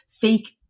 fake